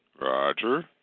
Roger